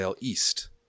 east